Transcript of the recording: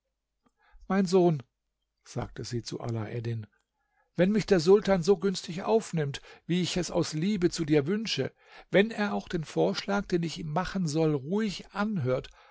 mein sohn sagte sie zu alaeddin wenn mich der sultan so günstig aufnimmt wie ich es aus liebe zu dir wünsche wenn er auch den vorschlag den ich ihm machen soll ruhig anhört